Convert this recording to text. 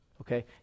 Okay